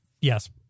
Yes